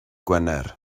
gwener